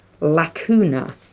lacuna